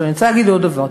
אני רוצה להגיד עוד דבר.